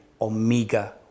Omega